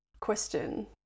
question